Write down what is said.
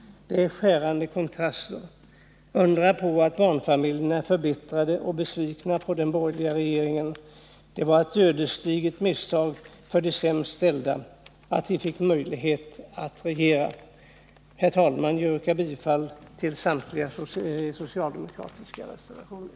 Det är skärande kontraster. Undra på att barnfamiljerna är förbittrade och besvikna på den borgerliga regeringen! Det var ett ödesdigert misstag och en olycka för de sämst ställda att borgerligheten fick möjlighet att regera. Herr talman! Jag yrkar bifall till samtliga socialdemokratiska reservationer.